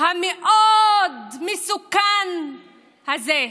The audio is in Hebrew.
המאוד-מסוכן הזה.